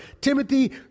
Timothy